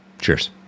Cheers